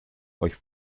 euch